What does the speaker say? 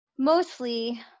Mostly